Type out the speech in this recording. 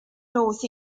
north